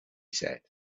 said